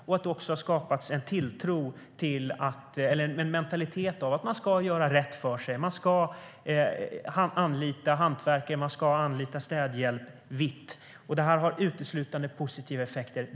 Det har också skapats en mentalitet av att man ska göra rätt för sig. Man ska anlita hantverkare eller städhjälp vitt, och det har uteslutande positiva effekter.